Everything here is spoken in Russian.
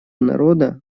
народа